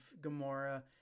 Gamora